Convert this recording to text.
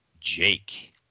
Jake